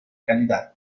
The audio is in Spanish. calidad